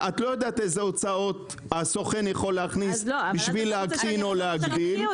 את לא יודעת אילו הוצאות הסוכן יכול להכניס בשביל להקטין או להגדיל,